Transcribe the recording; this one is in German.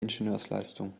ingenieursleistung